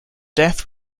death